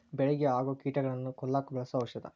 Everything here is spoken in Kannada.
ಬೆಳಿಗೆ ಆಗು ಕೇಟಾನುಗಳನ್ನ ಕೊಲ್ಲಾಕ ಬಳಸು ಔಷದ